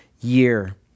year